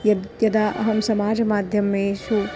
यद् यदा अहं समाजमाध्यमेषु